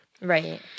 Right